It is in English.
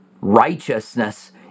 Righteousness